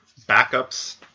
backups